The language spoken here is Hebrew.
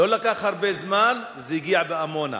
לא לקח הרבה זמן וזה הגיע לעמונה,